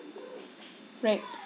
right